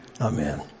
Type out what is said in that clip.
Amen